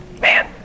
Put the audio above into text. Man